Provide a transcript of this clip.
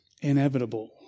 inevitable